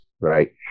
right